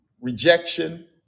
rejection